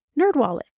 NerdWallet